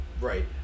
Right